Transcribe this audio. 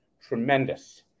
Tremendous